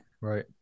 Right